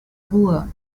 ruhr